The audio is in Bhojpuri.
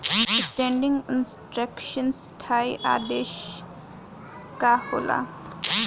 स्टेंडिंग इंस्ट्रक्शन स्थाई आदेश का होला?